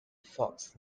fox